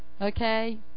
Okay